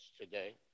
today